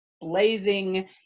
blazing